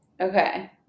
Okay